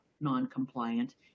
non-compliant